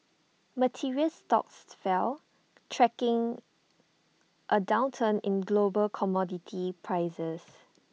materials stocks fell tracking A downturn in global commodity prices